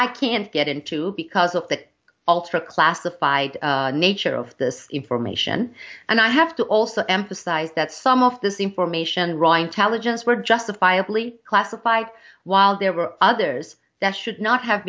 i can't get into because of the ultra classified nature of this information and i have to also emphasize that some of this information raw intelligence were justifiably classified while there were others that should not have